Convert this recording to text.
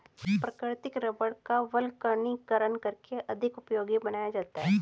प्राकृतिक रबड़ का वल्कनीकरण करके अधिक उपयोगी बनाया जाता है